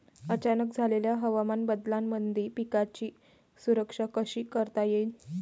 अचानक झालेल्या हवामान बदलामंदी पिकाची सुरक्षा कशी करता येईन?